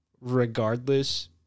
regardless